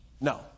No